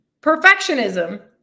Perfectionism